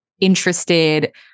interested